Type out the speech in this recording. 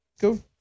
go